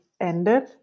ended